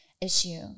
issue